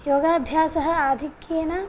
योगाभ्यासः आधिक्येन